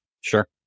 Sure